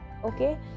okay